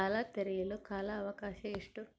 ಸಾಲ ತೇರಿಸಲು ಕಾಲ ಅವಕಾಶ ಎಷ್ಟು?